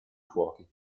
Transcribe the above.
fuochi